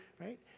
right